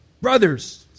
Brothers